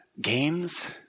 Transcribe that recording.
games